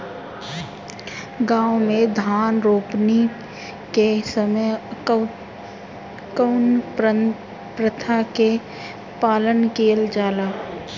गाँव मे धान रोपनी के समय कउन प्रथा के पालन कइल जाला?